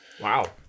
Wow